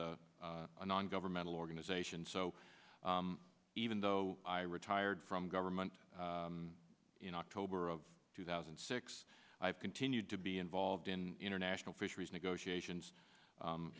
as a non governmental organization so even though i retired from government in october of two thousand and six i've continued to be involved in international fisheries negotiations